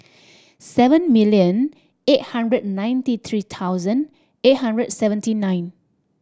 seven million eight hundred ninety three thousand eight hundred seventy nine